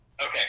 okay